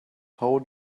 how